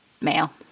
male